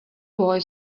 boy